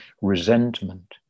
resentment